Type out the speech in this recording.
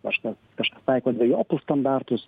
kažkas kažkas taiko dvejopus standartus